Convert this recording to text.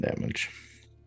damage